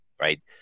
Right